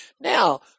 Now